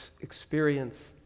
experience